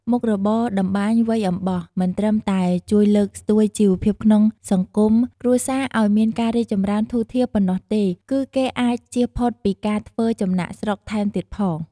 មុខរបរតម្បាញរវៃអំបោះមិនត្រឹមតែជួយលើកស្ទួយជីវភាពក្នុងសង្គមគ្រួសារឱ្យមានការរីកចំរើនធូរធារប៉ុណ្ណោះទេ គឺគេអាចចៀសផុតពីការធ្វើចំណាកស្រុកថែមទៀតផង។